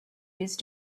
used